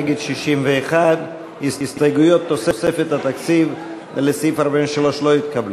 נגד 61. הסתייגויות תוספת התקציב לסעיף 43 לא התקבלו.